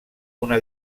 una